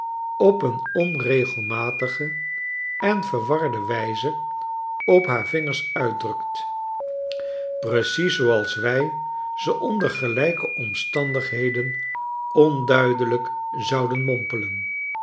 op een onregelmatige en verwarde wijze op haar vingers uitdrukt precies zooals wij ze onder gelijke omstandigheden onduidelijk zouden mompelen